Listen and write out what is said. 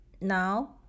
now